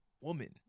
woman